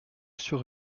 sur